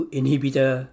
inhibitor